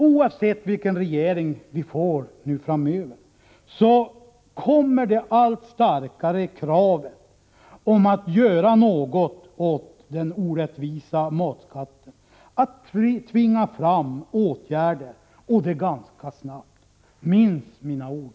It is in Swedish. Oavsett vilken regering vi får framöver kommer allt starkare krav på att något skall göras åt den orättvisa matskatten att tvinga fram åtgärder — och det ganska snabbt. Minns mina ord!